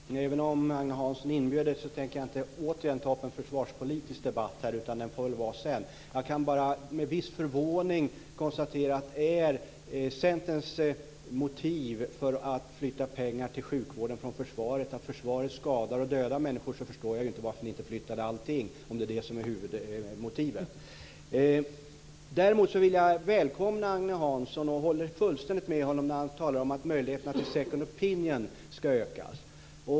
Herr talman! Även om Agne Hansson inbjöd till det tänker jag inte återigen ta upp en försvarspolitisk debatt, utan den får vi ta sedan. Jag kan bara med viss förvåning konstatera att Centerns motiv för att flytta pengar till sjukvården från försvaret är att försvaret skadar och dödar människor. Då förstår jag inte varför Centern inte flyttar allting, om det är huvudmotivet. Däremot vill jag välkomna Agne Hansson - och jag håller fullständigt med honom - när han säger att möjligheterna till second opinion ska ökas.